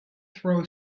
throw